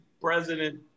president